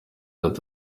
ati